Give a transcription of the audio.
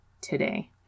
today